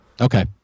Okay